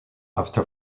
after